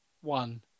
one